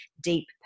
deep